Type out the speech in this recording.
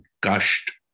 gushed